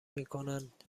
میکنند